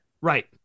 Right